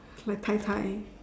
like tai-tai